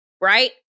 right